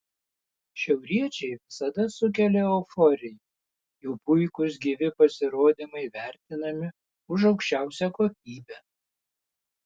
šiauriečiai visada sukelia euforiją jų puikūs gyvi pasirodymai vertinami už aukščiausią kokybę